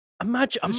Imagine